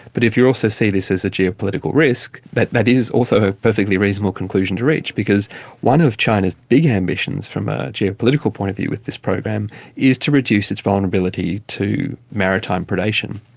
but if you also see this as a geopolitical risk, that that is also a perfectly reasonable conclusion to reach, because one of china's big ambitions from a geopolitical point of view with this program is to reduce its vulnerability to maritime predation.